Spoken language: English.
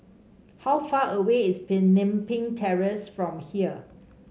how far away is Pemimpin Terrace from here